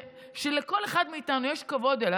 שלכל אחד מאיתנו יש כבוד אליו,